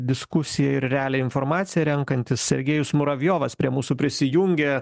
diskusiją ir realią informaciją renkantis sergėjus muravjovas prie mūsų prisijungė